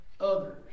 others